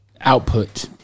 output